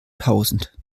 tausend